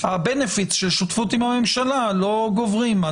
הבנפיט של שותפות עם הממשלה לא גוברים.